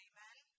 Amen